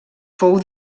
fou